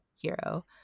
hero